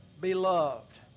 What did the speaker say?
beloved